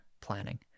planning